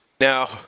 Now